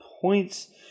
points